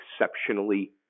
exceptionally